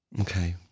Okay